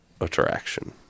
attraction